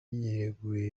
yireguye